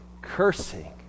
cursing